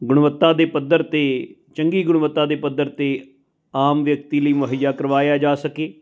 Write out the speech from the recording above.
ਗੁਣਵੱਤਾ ਦੇ ਪੱਧਰ 'ਤੇ ਚੰਗੀ ਗੁਣਵੱਤਾ ਦੇ ਪੱਧਰ 'ਤੇ ਆਮ ਵਿਅਕਤੀ ਲਈ ਮੁਹੱਈਆ ਕਰਵਾਇਆ ਜਾ ਸਕੇ